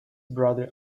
brother